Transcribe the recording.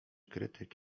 krytyk